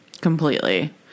Completely